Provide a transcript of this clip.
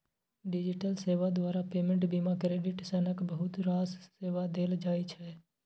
digital सेबा द्वारा payment, बीमा, क्रेडिट सनक बहुत रास सेबा देल जाइ छै